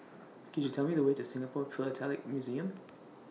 Could YOU Tell Me The Way to Singapore Philatelic Museum